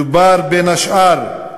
מדובר, בין השאר,